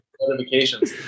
notifications